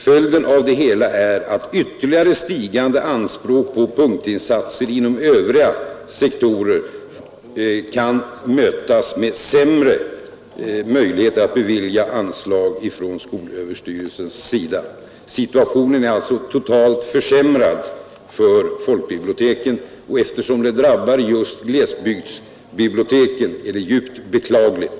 Följden av det hela är att ytterligare stigande anspråk på punktinsatser inom övriga sektorer möts av sämre möjligheter för skolöverstyrelsen att bevilja anslag. Situationen är alltså totalt sett försämrad för folkbiblioteken, och eftersom det drabbar just glesbygdsbiblioteken är det djupt beklagligt.